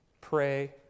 pray